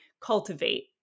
cultivate